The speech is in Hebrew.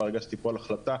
ברגע שתיפול החלטה,